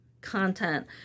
content